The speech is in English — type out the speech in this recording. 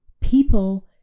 people